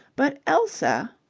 but elsa.